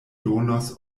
donos